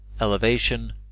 elevation